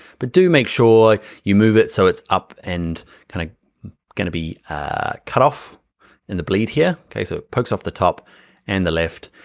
but do make sure you move it so it's up and kinda gonna be a cut off in the bleed here, okay? so it pokes off the top and the left.